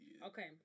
Okay